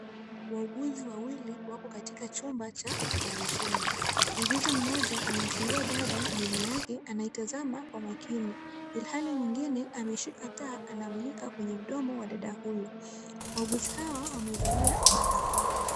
Wauguzi wawili wako katika chumba cha oparesheni. Muuguzi mmoja amemfungua dada meno yake anaitazama kwa makini ilhali mwingine ameshika taa anamulika kwenye mdomo wa dada huyu. Wauguzi hawa wamevalia barakoa.